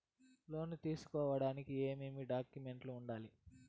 లోను తీసుకోడానికి ఏమేమి డాక్యుమెంట్లు ఉండాలి